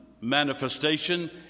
manifestation